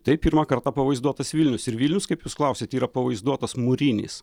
taip pirmą kartą pavaizduotas vilnius ir vilnius kaip jūs klausėt yra pavaizduotas mūrinis